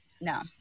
no